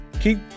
Keep